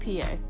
PA